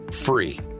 free